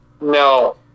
No